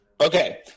Okay